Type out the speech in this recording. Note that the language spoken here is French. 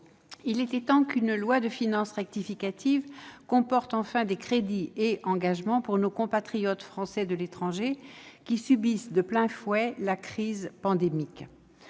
il était temps qu'un projet de loi de finances rectificative prévoie enfin des crédits et engagements pour nos compatriotes français de l'étranger, qui subissent de plein fouet la crise pandémique.